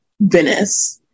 Venice